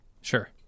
Sure